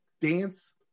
dance